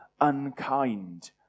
unkind